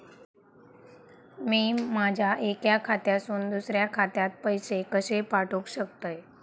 मी माझ्या एक्या खात्यासून दुसऱ्या खात्यात पैसे कशे पाठउक शकतय?